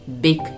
big